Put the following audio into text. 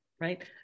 right